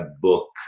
book